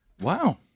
Wow